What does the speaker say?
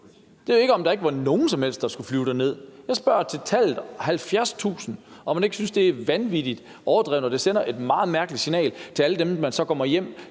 Det var ikke, at der ikke var nogen som helst, der skulle flyve derned. Jeg spørger til, om man ikke synes, at tallet 70.000 er vanvittig overdrevet. Det sender et meget mærkeligt signal til den befolkning, man så kommer hjem